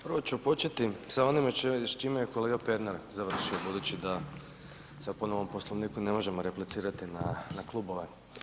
Prvo ću početi, sa onime čime je kolega Pernar završio, budući da sada po novom poslovniku, ne možemo replicirati na klubove.